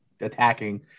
attacking